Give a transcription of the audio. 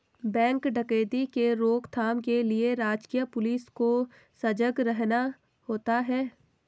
bank डकैती के रोक थाम के लिए राजकीय पुलिस को सजग रहना होता है